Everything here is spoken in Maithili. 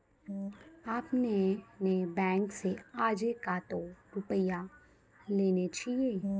आपने ने बैंक से आजे कतो रुपिया लेने छियि?